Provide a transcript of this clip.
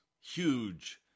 huge